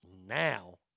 now